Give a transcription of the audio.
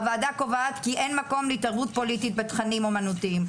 הוועדה קובעת כי אין מקום להתערבות פוליטית בתכנים אמנותיים.